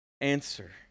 answer